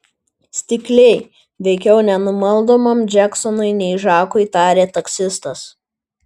stikliai veikiau nenumaldomam džeksonui nei žakui tarė taksistas